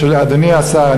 אדוני השר,